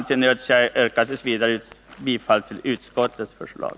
T. v. är jag nödsakad att nöja mig med att yrka bifall till utskottets hemställan.